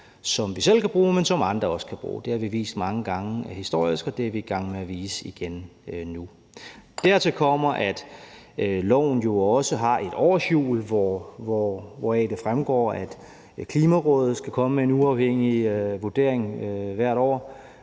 som vi selv kan bruge, og som andre også kan bruge. Der har vi vist mange gange i historien, og det er vi i gang med at vise igen nu. Dertil kommer, at loven jo også har et årshjul, hvoraf det fremgår, at Klimarådet skal komme med en uafhængig vurdering hvert år,